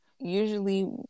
usually